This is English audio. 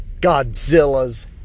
Godzilla's